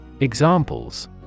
Examples